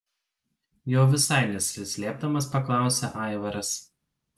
jau visai nesislėpdamas paklausia aivaras